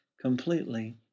completely